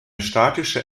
statische